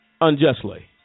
unjustly